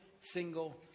single